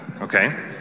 Okay